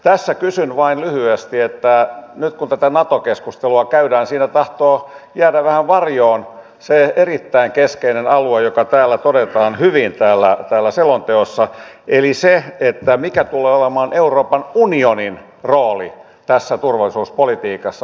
tässä kysyn vain lyhyesti että nyt kun tätä nato keskustelua käydään siinä tahtoo jäädä vähän varjoon se erittäin keskeinen alue joka todetaan hyvin täällä selonteossa eli se mikä tulee olemaan euroopan unionin rooli tässä turvallisuuspolitiikassa